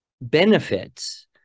benefits